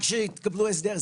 רק שתקבלו סדר גודל,